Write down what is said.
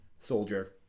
soldier